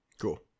Cool